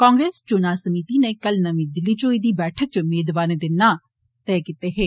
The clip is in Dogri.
कांग्रेस चुना समीति नै कल नमीं दिल्ली च होई दी बैठक च मेदवारें दे नां तय कीते हे